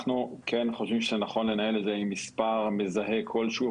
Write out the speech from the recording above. אנחנו כן חושבים שנכון לנהל את זה עם מספר מזהה כלשהוא,